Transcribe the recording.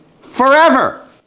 forever